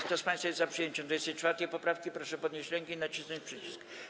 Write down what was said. Kto z państwa jest za przyjęciem 24. poprawki, proszę podnieść rękę i nacisnąć przycisk.